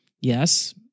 Yes